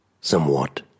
Somewhat